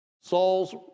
Saul's